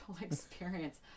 experience